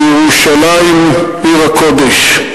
בירושלים עיר הקודש?